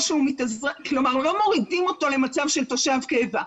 כלומר לא מורידים אותו למצב של תושב קבע.